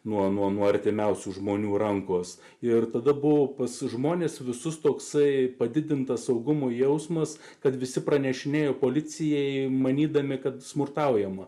nuo artimiausių žmonių rankos ir tada buvau pas žmones visus toksai padidinta saugumo jausmas kad visi pranešinėjo policijai manydami kad smurtaujama